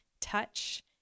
touch